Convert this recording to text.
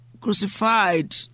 crucified